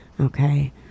okay